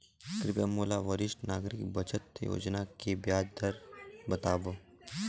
कृपया मोला वरिष्ठ नागरिक बचत योजना के ब्याज दर बतावव